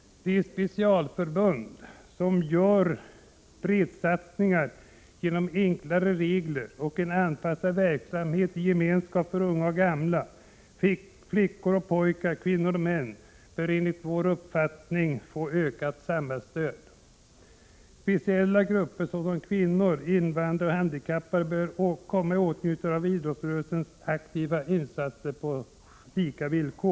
De specialförbund som gör breddsatsningar genom enklare regler och anpassad verksamhet i gemenskap för unga och gamla, flickor och pojkar, kvinnor och män bör enligt vår uppfattning få ökat samhällsstöd. Speciella grupper såsom kvinnor, invandrare och handikappade bör på lika villkor komma i åtnjutande av idrottsrörelsens aktiviteter.